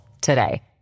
today